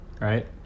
Right